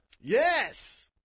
Yes